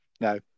No